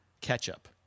ketchup